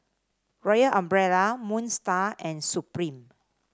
Royal Umbrella Moon Star and Supreme